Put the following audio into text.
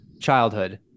childhood